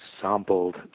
sampled